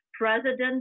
president